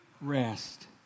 rest